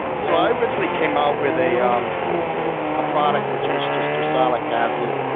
so i originally came out with a um product which was just ursolic acid